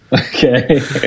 okay